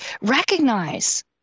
recognize